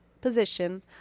position